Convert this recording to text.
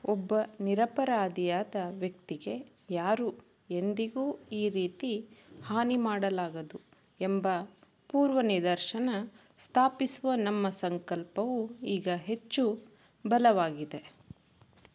ಒಬ್ಬ ನಿರಪರಾಧಿಯಾದ ವ್ಯಕ್ತಿಗೆ ಯಾರೂ ಎಂದಿಗೂ ಈ ರೀತಿ ಹಾನಿಮಾಡಲಾಗದು ಎಂಬ ಪೂರ್ವನಿದರ್ಶನ ಸ್ಥಾಪಿಸುವ ನಮ್ಮ ಸಂಕಲ್ಪವು ಈಗ ಹೆಚ್ಚು ಬಲವಾಗಿದೆ